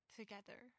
together